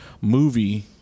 movie